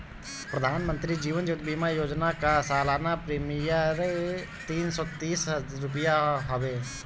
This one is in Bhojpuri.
प्रधानमंत्री जीवन ज्योति बीमा योजना कअ सलाना प्रीमियर तीन सौ तीस रुपिया हवे